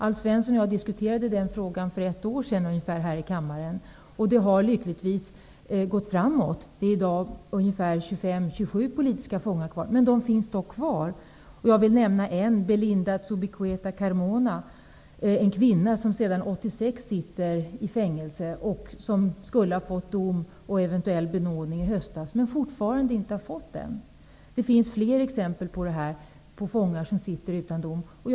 Alf Svensson och jag diskuterade den frågan för ungefär ett år sedan här i kammaren. Det har lyckligtvis gått framåt. Det finns i dag ungefär 25--27 politiska fångar kvar, men de finns dock kvar. Jag vill nämna en, Belinda Zubi-Cueta Carmona. Det är en kvinna som sedan 1986 sitter i fängelse och som skulle ha fått dom och eventuell benådning i höstas, men som fortfarande inte har fått det. Det finns fler exempel på fångar som inte har dömts.